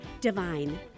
divine